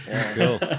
Cool